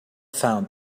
found